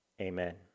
amen